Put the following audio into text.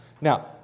Now